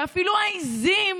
ואפילו העיזים